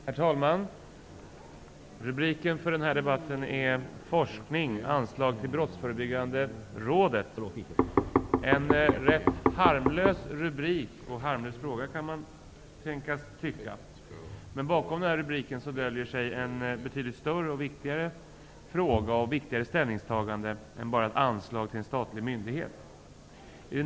Herr talman! Rubriken för den här debatten är Forskning -- Anslag till Brottsförebyggande rådet, m.m. Det är en rätt harmlös rubrik och en rätt harmlös fråga, kan man tänkas tycka. Men bakom den rubriken döljer sig ett betydligt större och viktigare ställningstagande än bara till ett anslag till en statlig myndighet.